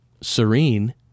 serene